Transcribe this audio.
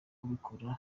kubikora